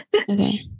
okay